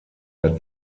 der